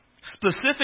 Specific